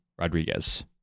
Rodriguez